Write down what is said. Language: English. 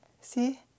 See